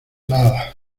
nada